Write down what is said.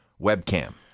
webcam